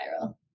viral